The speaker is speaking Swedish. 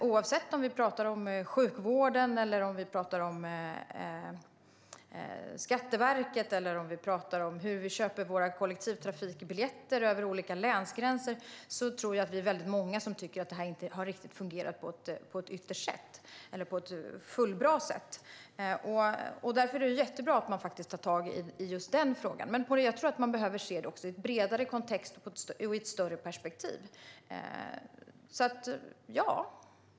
Oavsett om vi talar om sjukvården eller Skatteverket eller hur vi köper våra kollektivtrafikbiljetter över olika länsgränser tror jag att vi är många som tycker att det inte har fungerat på ett fullgott sätt. Därför är det jättebra att man tar tag i just den frågan, men jag tror att man också behöver se detta i en bredare kontext och i ett större perspektiv.